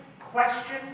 question